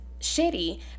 shitty